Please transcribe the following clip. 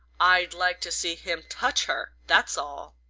i'd like to see him touch her that's all!